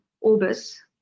Orbis